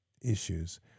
issues